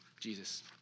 Jesus